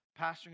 Pastoring